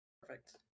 Perfect